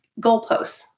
goalposts